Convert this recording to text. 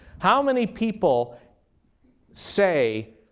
how many people say,